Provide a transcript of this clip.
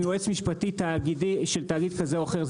אם יועץ משפטי של תאגיד כזה או אחר,